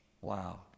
Wow